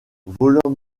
volant